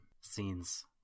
scenes